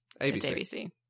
ABC